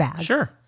Sure